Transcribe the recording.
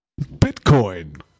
Bitcoin